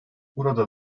burada